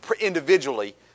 individually